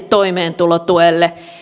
toimeentulotuelle